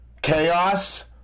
chaos